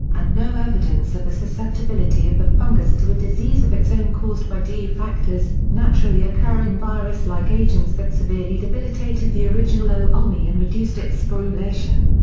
and no evidence of a susceptibility of the fungus to a disease of its own caused by d-factors naturally occurring virus-like agents that severely debilitated the original o. ulmi and reduced its sporulation.